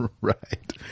Right